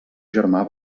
germà